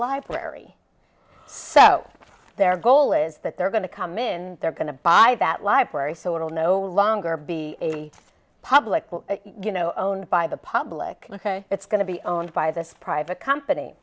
library so their goal is that they're going to come in they're going to buy that library so it will no longer be a public you know owned by the public it's going to be owned by this private company